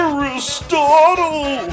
Aristotle